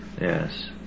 Yes